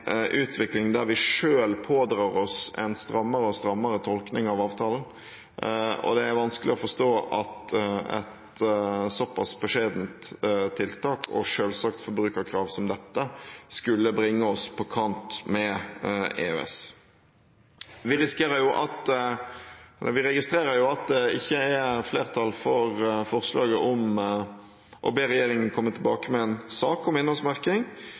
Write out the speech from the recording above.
utvikling der vi selv pådrar oss en strammere og strammere tolkning av avtalen, og det er vanskelig å forstå at et såpass beskjedent tiltak og et selvsagt forbrukerkrav som dette skulle bringe oss på kant med EØS. Vi registrerer at det ikke er flertall for forslaget om å be regjeringen komme tilbake med en sak